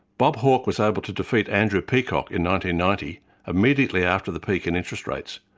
bob hawke was able to defeat andrew peacock and ninety ninety immediately after the peak in interest rates.